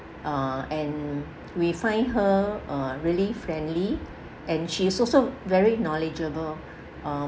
uh and we find her uh really friendly and she is also very knowledgeable uh